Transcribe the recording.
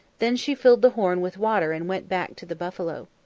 then she filled the horn with water and went back to the buffalo.